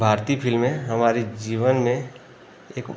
भारतीय फिल्में हमारी जीवन में एक